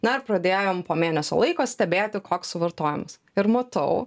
na ir pradėjom po mėnesio laiko stebėti koks suvartojimas ir matau